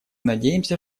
надеемся